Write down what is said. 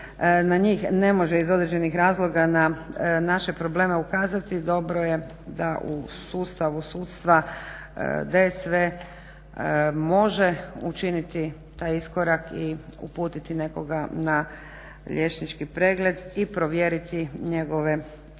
na njih ne može iz određenih razloga na naše probleme ukazati, dobro je da u sustavu sudstva DSV može učiniti taj iskorak i uputiti nekoga na liječnički pregled i provjeriti njegove i